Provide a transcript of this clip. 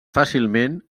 fàcilment